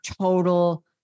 total